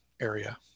area